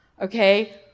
okay